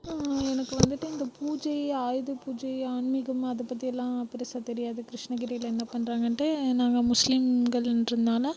எனக்கு வந்துட்டு இந்த பூஜை ஆயுத பூஜை ஆன்மீகம் அதை பற்றியலாம் பெருசாக தெரியாது கிருஷ்ணகிரியில் என்ன பண்ணுறாங்கன்ட்டு நாங்கள் முஸ்லீம்களென்றனால